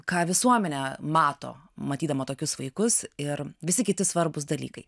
ką visuomenė mato matydama tokius vaikus ir visi kiti svarbūs dalykai